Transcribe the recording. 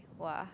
!wah!